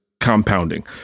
compounding